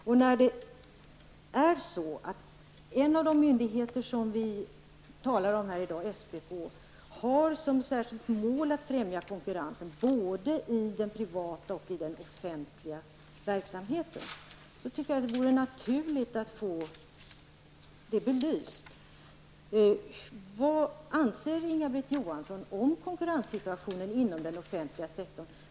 Och eftersom en av de myndigheter som vi talar om i dag, SPK, har som särskilt mål att främja konkurrens både i den privata och offentliga verksamheten, tycker jag att det vore naturligt att få belyst vad Inga-Britt Johansson anser om konkurrenssituationen inom den offentliga sektorn.